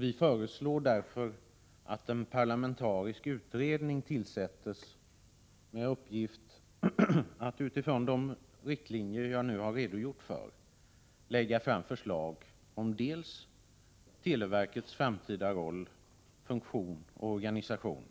Vi föreslår därför att en parlamentarisk utredning tillsätts med uppgift att utifrån de riktlinjer jag nu redogjort för lägga fram förslag om dels televerkets framtida roll, funktion och organisation,